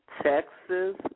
Texas